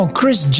Chris